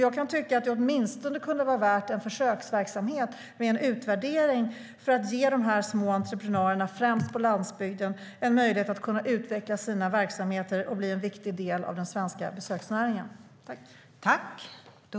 Jag kan tycka att det åtminstone kunde vara värt en försöksverksamhet med en utvärdering för att ge de små entreprenörerna främst på landsbygden en möjlighet att kunna utveckla sina verksamheter och bli en viktig del av den svenska besöksnäringen.